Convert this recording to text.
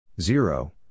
Zero